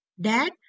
Dad